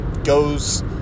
goes